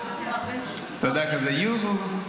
אתה יודע, כזה, יו-הו.